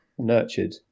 nurtured